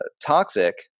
toxic